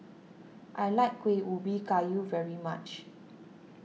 I like Kueh Ubi Kayu very much